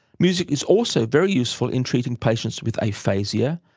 music is also very useful in treating patients with aphasia,